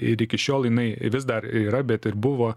ir iki šiol jinai vis dar yra bet ir buvo